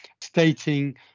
stating